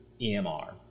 EMR